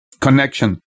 connection